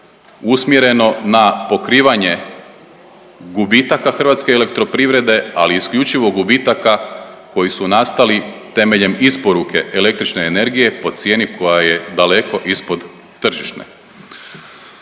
usmjereno na pokrivanje gubitaka HEP-a, ali isključivo gubitaka koji su nastali temeljem isporuke električne energije po cijeni koja je daleko ispod tržišne.